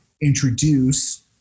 introduce